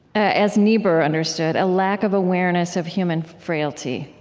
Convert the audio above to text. as niebuhr understood, a lack of awareness of human frailty.